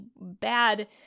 bad